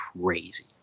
crazy